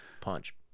punch